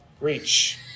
reach